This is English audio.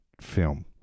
film